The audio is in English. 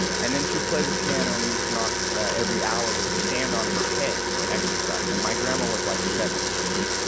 and then she'd play the piano, and edith knox, every hour, would stand on her head for exercise. and my grandma was like seven and she said,